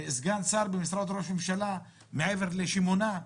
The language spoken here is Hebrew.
שר במשרד ראש הממשלה מעבר לשמונה.